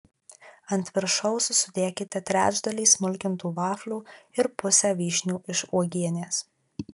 ant viršaus sudėkite trečdalį smulkintų vaflių ir pusę vyšnių iš uogienės